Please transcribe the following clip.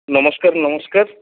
ନମସ୍କାର ନମସ୍କାର